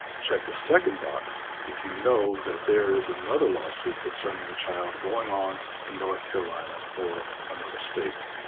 check the second box if you know that there is another lawsuit concerning the child going on in north carolina or another state.